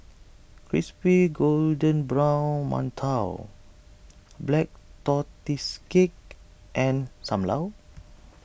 Crispy Golden Brown Mantou Black Tortoise Cake and Sam Lau